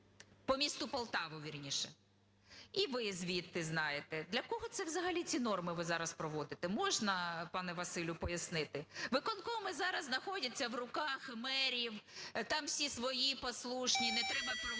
по місту Полтава, вірніше, і ви звідти знаєте. Для кого це взагалі ці норми ви зараз проводите? Можна, пане Василю, пояснити. Виконкоми зараз знаходяться в руках мерів, там всі свої послушні, не треба проводити